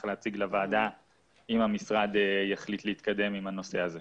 להציג לוועדה אם המשרד יחליט להתקדם עם הנושא הזה.